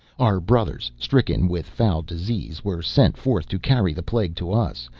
our brothers, stricken with foul disease, were sent forth to carry the plague to us,